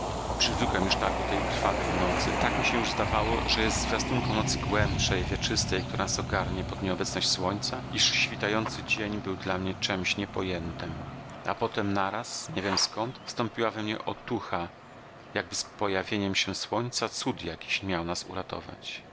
przywykłem już tak do tej krwawej nocy tak mi się już zdawało że jest zwiastunką nocy głębszej wieczystej która nas ogarnie pod nieobecność słońca iż świtający dzień był dla mnie czemś niepojętem a potem naraz nie wiem skąd wstąpiła we mnie otucha jakby z pojawieniem się słońca cud jaki miał nas uratować